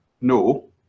No